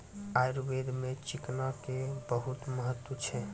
आयुर्वेद मॅ चिकना के बहुत महत्व छै